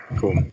Cool